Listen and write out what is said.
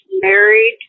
married